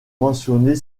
mentionnées